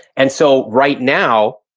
and so right now